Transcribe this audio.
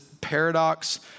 paradox